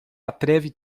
atreve